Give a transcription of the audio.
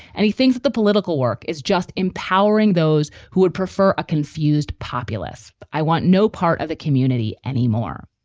and he thinks that the political work is just empowering those who would prefer a confused populace. i want no part of the community anymore.